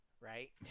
right